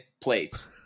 plates